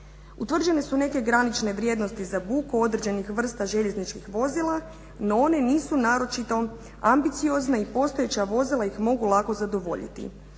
Utvrđene su neke granične vrijednosti za buku određenih vrsta željezničkih vozila, no one nisu naročito ambiciozne i postojeća vozila ih mogu lako zadovoljiti.